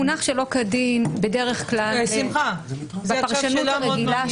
המונח "שלא כדין" בדרך כלל, בפרשנות הרגילה